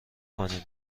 کنیم